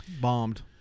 Bombed